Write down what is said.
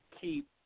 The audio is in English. keep